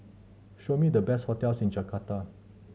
show me the best hotels in Jakarta